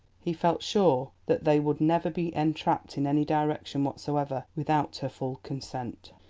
he felt sure that they would never be entrapped in any direction whatsoever without her full consent.